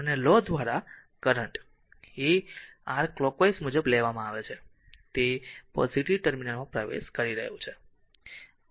અને લો દ્વારા આ કરંટ એ r r કલોકવાઈઝ મુજબ લેવામાં આવે છે તે પોઝીટીવ ટર્મિનલમાં પ્રવેશ કરી રહ્યું છે